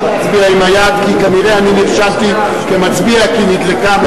להצביע עם היד כי כנראה אני נרשמתי כמצביע כי נדלקה הנורה.